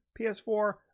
PS4